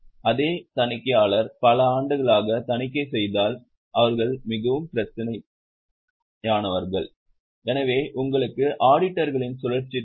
அதே தணிக்கையாளர் பல ஆண்டுகளாக தணிக்கை செய்தால் அவர்கள் மிகவும் பரிச்சயமானவர்கள் எனவே உங்களுக்கு ஆடிட்டர்களின் சுழற்சி தேவை